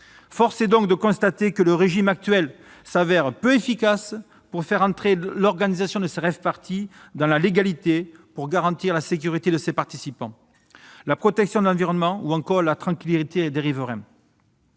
Force est donc de constater que le régime juridique actuel se révèle peu efficace pour faire entrer l'organisation de ces rave-parties dans la légalité, pour garantir la sécurité de leurs participants, la protection de l'environnement et la tranquillité des riverains.